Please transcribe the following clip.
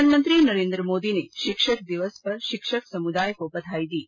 प्रधानमंत्री नरेन्द्र मोदी ने शिक्षक दिवस पर शिक्षक समुदाय को बधाई दी है